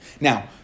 Now